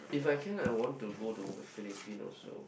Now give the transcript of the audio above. if I can I want to go to Philippines also